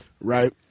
right